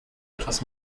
etwas